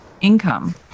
income